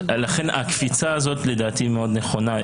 הקפיצה הזאת לדעתי היא מאוד נכונה,